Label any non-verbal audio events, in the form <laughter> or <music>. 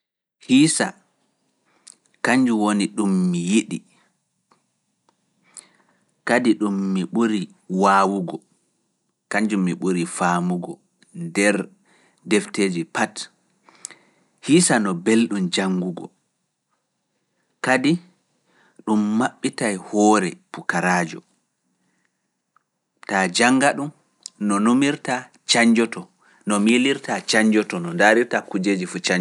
Hiisa, kanjum woni ɗum mi yiɗi, kadi ɗum mi ɓuri waawugo, kanjum mi ɓuri faamugo Nder defteeji pat, hiisa no belɗum. dun maɓɓitay hoore pukaraajo. Ta jannga ɗum no numirta cañnjoto, no miilirta cañnjoto, no <hesitation> ndaarirta kujeeji fuu cañnjoto.